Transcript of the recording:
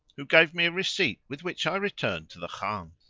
who gave me a receipt with which i returned to the khan.